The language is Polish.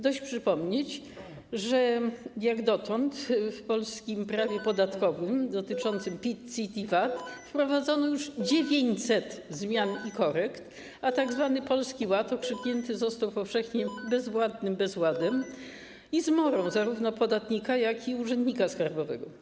Dość przypomnieć, że jak dotąd w polskim prawie podatkowym dotyczącym PIT, CIT i VAT wprowadzono już 900 zmian i korekt, a tzw. Polski Ład okrzyknięty został powszechnie bezwładnym bezładem i zmorą zarówno podatnika, jak i urzędnika skarbowego.